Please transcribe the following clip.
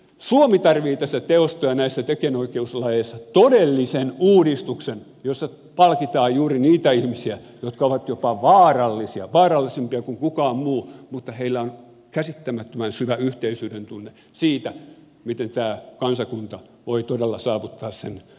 suomi tarvitsee tässä teosto asiasssa ja näissä tekijänoikeuslaeissa todellisen uudistuksen jossa palkitaan juuri niitä ihmisiä jotka ovat jopa vaarallisia vaarallisempia kuin kukaan muu mutta heillä on käsittämättömän syvä yhteisyyden tunne siitä miten tämä kansakunta voi todella saavuttaa sen tulevaisuudenvisionsa